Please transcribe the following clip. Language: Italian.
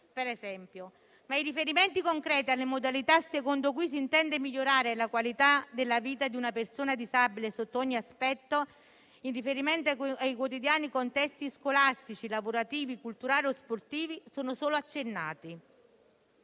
pubblico. Ma i riferimenti concreti alle modalità con cui si intende migliorare la qualità della vita di una persona disabile sotto ogni aspetto, in riferimento ai quotidiani contesti scolastici, lavorativi, culturali o sportivi sono solo accennati.